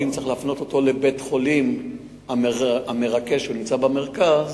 ואם צריך להפנות אותם לבית-חולים המרכזי שנמצא במרכז,